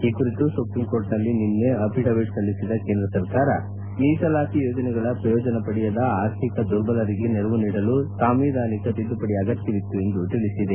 ಈ ಕುರಿತು ಸುಪ್ರೀಂ ಕೋರ್ಟ್ನಲ್ಲಿ ನಿನ್ನೆ ಅಫಿಡವಿಟ್ ಸಲ್ಲಿಸಿದ ಕೇಂದ್ರ ಸರ್ಕಾರ ಮೀಸಲಾತಿ ಯೋಜನೆಗಳ ಪ್ರಯೋಜನ ಪಡೆಯದ ಆರ್ಥಿಕ ದುರ್ಬಲರಿಗೆ ನೆರವು ನೀಡಲು ಸಾಂವಿಧಾನಿಕ ತಿದ್ಲುಪಡಿ ಅಗತ್ಯವಿತ್ತು ಎಂದು ತಿಳಿಸಿದೆ